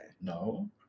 No